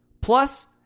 Plus